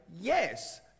yes